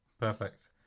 perfect